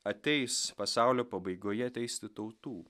ateis pasaulio pabaigoje teisti tautų